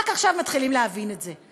רק עכשיו מתחילים להבין את זה.